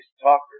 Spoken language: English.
talkers